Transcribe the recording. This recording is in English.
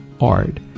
art